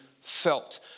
felt